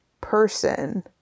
person